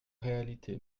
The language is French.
réalité